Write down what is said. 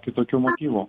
kitokių motyvų